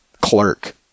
clerk